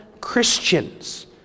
Christians